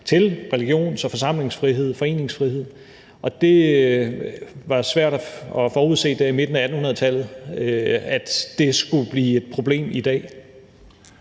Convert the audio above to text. altså religions- og forsamlingsfrihed og foreningsfrihed. Det var svært at forudse der i midten af 1800-tallet, at det skulle blive et problem i dag.